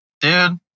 Dude